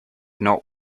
not